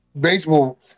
baseball